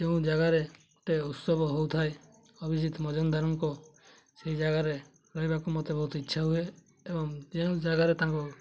ଯେଉଁ ଜାଗାରେ ଗୋଟେ ଉତ୍ସବ ହଉଥାଏ ଅଭିଜିତ ମଜୁମଦାରଙ୍କ ସେଇ ଜାଗାରେ ରହିବାକୁ ମୋତେ ବହୁତ ଇଚ୍ଛା ହୁଏ ଏବଂ ଯେଉଁ ଜାଗାରେ ତାଙ୍କ